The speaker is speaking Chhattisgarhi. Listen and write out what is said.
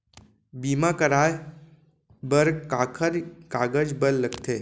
बीमा कराय बर काखर कागज बर लगथे?